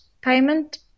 payment